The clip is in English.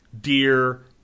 deer